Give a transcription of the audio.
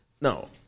no